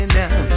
now